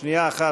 שנייה אחת,